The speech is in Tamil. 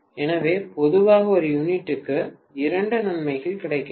எனவே பொதுவாக ஒரு யூனிட்டுக்கு இரண்டு நன்மைகள் கிடைக்கின்றன